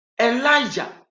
elijah